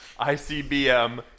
ICBM